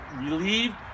relieved